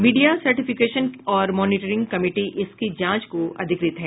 media certification और monitoring committee इसकी जांच को अधिकृत है